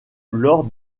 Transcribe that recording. lors